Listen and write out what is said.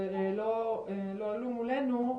שלא עלו מולנו,